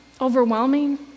overwhelming